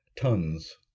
tons